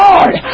Lord